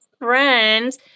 friends